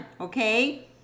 okay